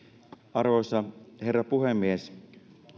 arvoisa herra puhemies